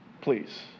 please